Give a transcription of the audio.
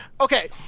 okay